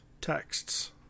texts